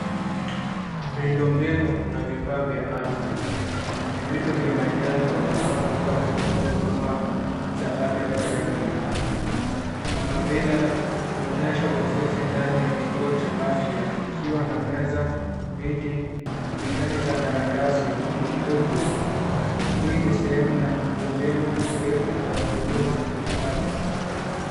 Miundombinu na vifaa vya afya ni vitu vya majengo vinavyotumika kutoa huduma za afya kwa jamii kama vile inaonyesha ofisi ndani ya kituo cha afya ikiwa na meza, viti, vizani za karatasi, kumbukumbu. Hii ni sehemu ya miundombinu muhimu kwa huduma za afya.